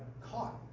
caught